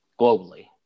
Globally